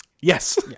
Yes